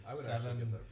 Seven